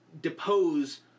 depose